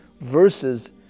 verses